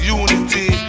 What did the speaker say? unity